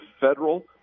federal